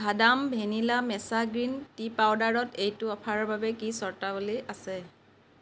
ভাদাম vanilla matcha green tea পাউদাৰত এইটো অফাৰৰ বাবে কি চৰ্তাৱলী আছে